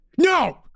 No